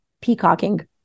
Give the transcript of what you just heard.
peacocking